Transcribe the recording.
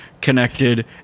connected